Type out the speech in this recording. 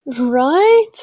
Right